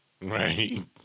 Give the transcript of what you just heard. right